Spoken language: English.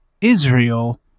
Israel